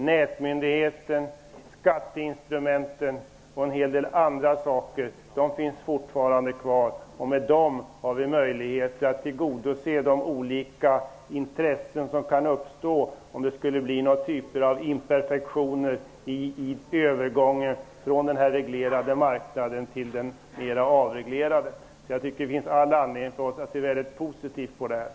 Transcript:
Nätmyndigheten, skatteinstrumenten och en hel del andra saker finns fortfarande kvar. Med dem har vi möjligheter att tillgodose de olika intressen som kan uppstå om det skulle bli någon typ av imperfektion i övergången från den reglerade marknaden till den mer avreglerade. Jag tycker att det finns all anledning för oss att se mycket positivt på detta.